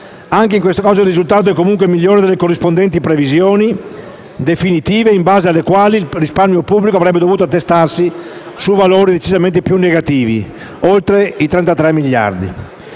Anche in questo caso il risultato è comunque migliore delle corrispondenti previsioni definitive, in base alle quali il risparmio pubblico avrebbe dovuto attestarsi su valori decisamente più negativi (oltre i 33 miliardi